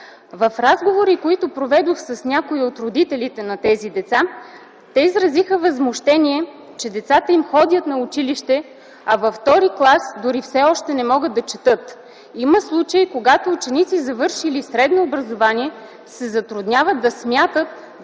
В разговори, които проведох с някои от родителите на тези деца, те изразиха възмущение, че децата им ходят на училище, а във втори клас дори все още не могат да четат. Има случаи, когато ученици, завършили средно образование, се затрудняват да смятат